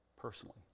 Personally